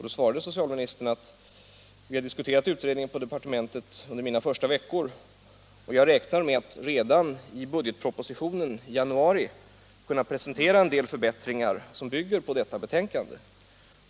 Då svarade socialministern: Vi har diskuterat utredningen på departementet under mina första veckor där, och jag räknar med att redan i budgetpropositionen i januari kunna presentera en del förbättringar, som bygger på detta betänkande.